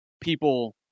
people